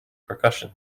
percussion